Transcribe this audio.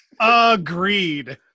Agreed